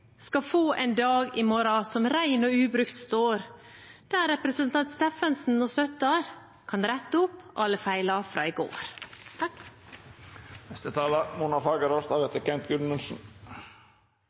skal «få en dag i mårå som rein og ubrukt står», der representantene Steffensen og Søttar kan rette opp alle «feil ifrå i går».